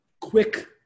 quick